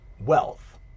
wealth